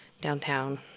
Downtown